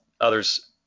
others